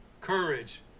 courage